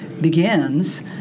begins